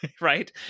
right